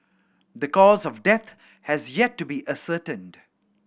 the cause of death has yet to be ascertained